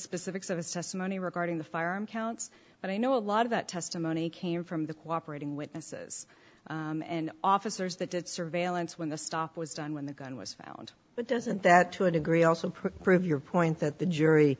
specifics of his testimony regarding the firearm counts but i know a lot of that testimony came from the cooperate in witnesses and officers that did surveillance when the stop was done when the gun was found but doesn't that to a degree also prove your point that the jury